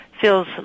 feels